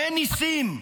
אין ניסים,